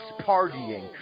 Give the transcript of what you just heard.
partying